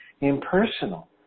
impersonal